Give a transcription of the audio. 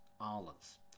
Olives